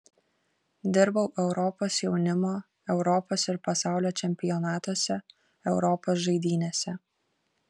dirbau europos jaunimo europos ir pasaulio čempionatuose europos žaidynėse